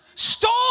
Stole